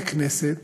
ככנסת,